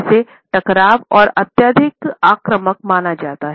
इसे टकराव और अत्यधिक आक्रामक माना जाता है